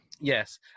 Yes